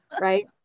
Right